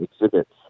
exhibits